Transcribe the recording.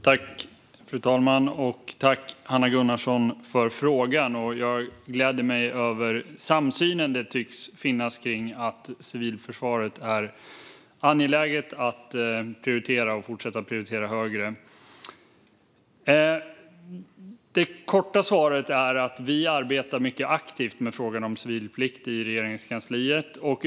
Fru talman! Tack, Hanna Gunnarsson, för frågan! Jag gläder mig över den samsyn som tycks finnas kring att det är angeläget att prioritera civilförsvaret och att fortsätta att prioritera det högre. Det korta svaret är att vi arbetar mycket aktivt med frågan om civilplikt i Regeringskansliet.